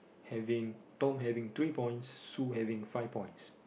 Having Tom having three points Sue having five points